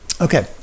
Okay